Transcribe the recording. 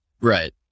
Right